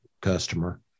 customer